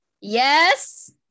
Yes